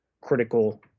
critical